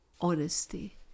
honesty